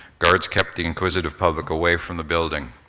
guards kept the inquisitive public away from the building.